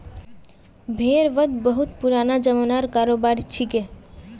भेड़ वध बहुत पुराना ज़मानार करोबार छिके